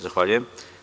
Zahvaljujem.